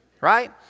Right